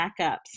backups